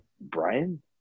Brian